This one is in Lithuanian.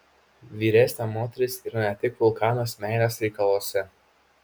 vyresnė moteris yra ne tik vulkanas meilės reikaluose